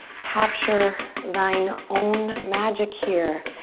capture thine own magic here.